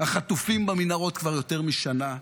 החטופים במנהרות כבר יותר משנה.